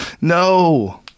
no